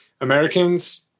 Americans